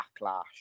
backlash